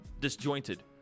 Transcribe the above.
disjointed